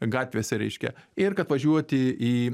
gatvėse reiškia ir kad važiuoti į